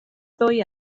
ddwy